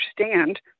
understand